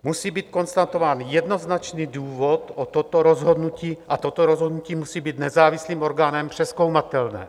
Musí být konstatován jednoznačný důvod o toto rozhodnutí a toto rozhodnutí musí být nezávislým orgánem přezkoumatelné.